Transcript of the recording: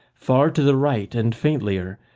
far to the right and faintlier,